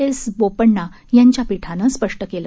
S Bopanna यांच्या पीठानं स्पष्ट केलं